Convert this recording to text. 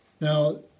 Now